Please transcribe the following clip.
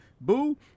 Boo